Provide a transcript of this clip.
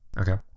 Okay